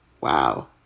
Wow